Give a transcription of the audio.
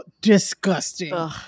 disgusting